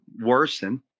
worsen